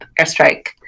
airstrike